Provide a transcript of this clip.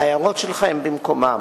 ההערות שלך הן במקומן